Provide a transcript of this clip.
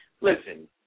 Listen